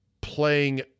playing